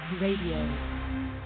Radio